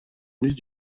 nuit